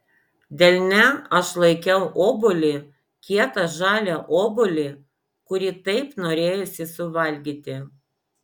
delne aš laikiau obuolį kietą žalią obuolį kurį taip norėjosi suvalgyti